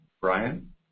Brian